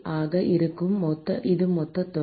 ஆக இது மொத்தத் தொகை